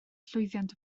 llwyddiant